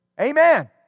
Amen